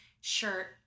shirt